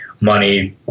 money